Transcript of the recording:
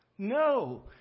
No